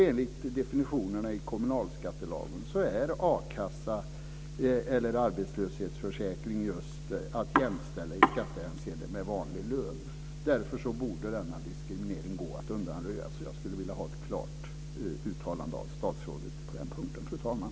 Enligt definitionerna i kommunalskattelagen är ersättning från arbetslöshetsförsäkringen just att jämställa med vanlig lön i skattehänseende. Därför borde denna diskriminering gå att undanröja. Jag skulle vilja ha ett klart uttalande av statsrådet på den punkten, fru talman.